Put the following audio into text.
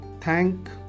thank